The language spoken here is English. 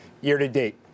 year-to-date